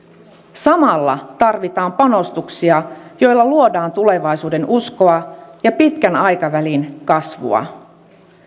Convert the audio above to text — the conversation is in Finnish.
samalla tarvitaan panostuksia joilla luodaan tulevaisuudenuskoa ja pitkän aikavälin kasvua